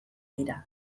dira